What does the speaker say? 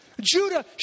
Judah